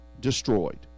destroyed